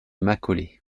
macaulay